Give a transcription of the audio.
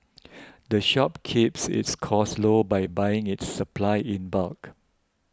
the shop keeps its costs low by buying its supplies in bulk